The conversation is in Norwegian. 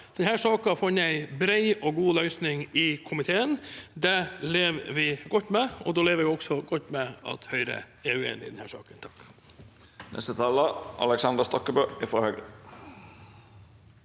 Denne saken har funnet en bred og god løsning i komiteen. Det lever vi godt med, og da lever vi også godt med at Høyre er uenig i denne saken.